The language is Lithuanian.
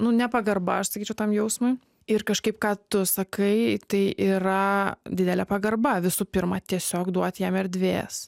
nu nepagarba aš sakyčiau tam jausmui ir kažkaip ką tu sakai tai yra didelė pagarba visų pirma tiesiog duot jam erdvės